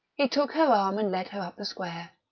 he took her arm and led her up the square.